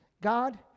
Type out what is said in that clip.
God